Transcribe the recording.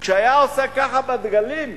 כשהיה עושה ככה בדגלים,